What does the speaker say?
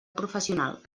professional